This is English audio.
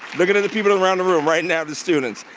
looking at the people around the room right now, the students.